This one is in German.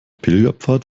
pilgerpfad